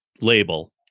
label